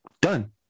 Done